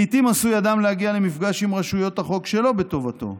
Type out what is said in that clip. לעיתים עשוי אדם להגיע למפגש עם רשויות החוק שלא בטובתו.